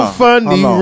funny